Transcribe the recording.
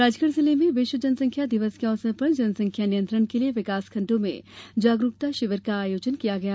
राजगढ़ जिले में विश्व जनसंख्या दिवस के अवसर पर जनसंख्या नियंत्रण के लिए विकासखण्डों में जागरुकता शिविर का आयोजन प्रारम्भ हुआ